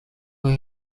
были